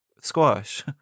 squash